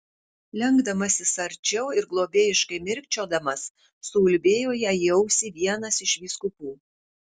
lenkdamasis arčiau ir globėjiškai mirkčiodamas suulbėjo jai į ausį vienas iš vyskupų